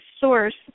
Source